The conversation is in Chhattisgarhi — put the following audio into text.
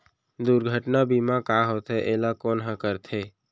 दुर्घटना बीमा का होथे, एला कोन ह करथे?